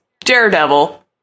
Daredevil